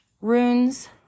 runes